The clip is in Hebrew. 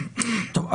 טוב,